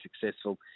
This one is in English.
successful